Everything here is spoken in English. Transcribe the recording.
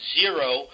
zero